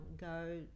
go